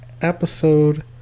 episode